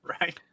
right